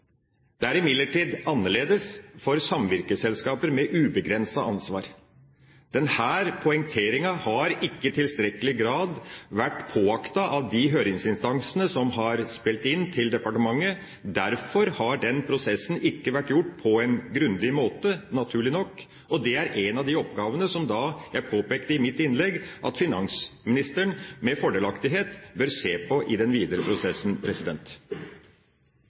Det er imidlertid annerledes for samvirkeselskaper med ubegrenset ansvar. Denne poengteringen har ikke i tilstrekkelig grad vært påaktet av de høringsinstansene som har spilt inn til departementet. Derfor har den prosessen ikke vært gjort på en grundig måte, naturlig nok, og det er én av de oppgavene som jeg påpekte i mitt innlegg at finansministeren med fordelaktighet bør se på i den videre prosessen.